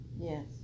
Yes